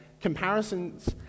comparisons